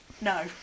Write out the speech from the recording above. No